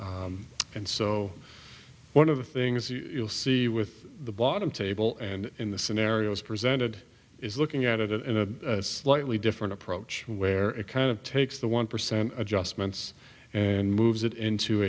three and so one of the things you'll see with the bottom table and in the scenarios presented is looking at it in a slightly different approach where it kind of takes the one percent adjustments and moves it into